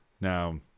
now